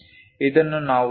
ಇದನ್ನು ನಾವು 2